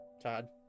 Todd